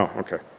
ok.